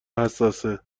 حساسه